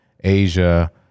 Asia